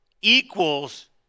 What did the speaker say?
equals